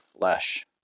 flesh